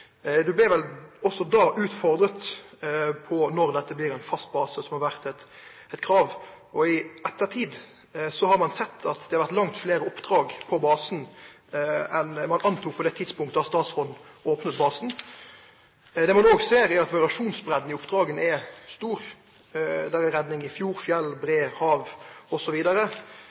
blei vel også da utfordra på når dette skulle bli ein fast base, som har vore eit krav. I ettertid har ein sett at det har vore langt fleire oppdrag på basen enn ein rekna med på det tidspunktet da statsråden opna basen. Det ein òg ser, er at variasjonsbreidda i oppdraga er stor: Det har vore redning i fjord, fjell, brear, hav